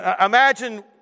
Imagine